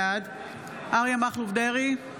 בעד אריה מכלוף דרעי,